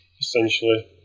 essentially